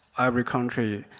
every country